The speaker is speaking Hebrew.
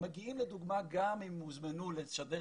מגיעים לדוגמה גם אם הם הוזמנו לתקן